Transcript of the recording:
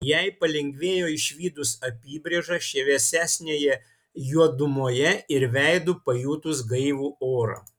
jai palengvėjo išvydus apybrėžą šviesesnėje juodumoje ir veidu pajutus gaivų orą